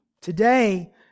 Today